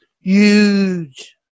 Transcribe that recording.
Huge